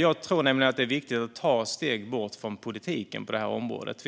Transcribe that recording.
Jag tror nämligen att det är viktigt att ta steg bort från politiken på det här området.